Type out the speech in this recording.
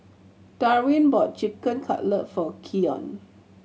Darwyn bought Chicken Cutlet for Keon